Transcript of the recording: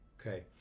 Okay